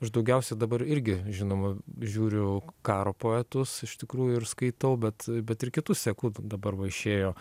aš daugiausiai dabar irgi žinoma žiūriu karo poetus iš tikrųjų ir skaitau bet bet ir kitus seku dabar va išėjo